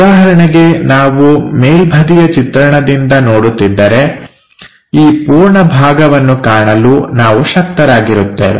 ಉದಾಹರಣೆಗೆ ನಾವು ಮೇಲ್ಬದಿಯ ಚಿತ್ರಣದಿಂದ ನೋಡುತ್ತಿದ್ದರೆ ಈ ಪೂರ್ಣ ಭಾಗವನ್ನು ಕಾಣಲು ನಾವು ಶಕ್ತರಾಗಿರುತ್ತೇವೆ